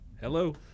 hello